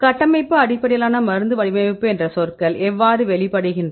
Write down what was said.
கட்டமைப்பு அடிப்படையிலான மருந்து வடிவமைப்பு என்ற சொற்கள் எவ்வாறு வெளிப்படுகின்றன